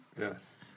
Yes